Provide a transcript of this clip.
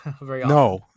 No